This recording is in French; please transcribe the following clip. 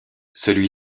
celui